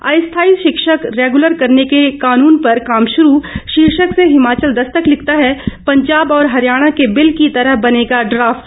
अस्थायी शिक्षक रेगुलर करने को नए काननू पर काम शुरू शीर्षक से हिमाचल दस्तक लिखता है पंजाब और हरियाणा के बिल की तरह बनेगा ड्राफट